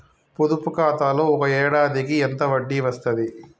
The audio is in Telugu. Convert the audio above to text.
పొదుపు ఖాతాలో ఒక ఏడాదికి ఎంత వడ్డీ వస్తది?